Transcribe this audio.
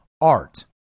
art